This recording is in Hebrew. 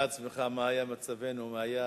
תאר לעצמך מה היה מצבנו אם היה